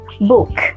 Book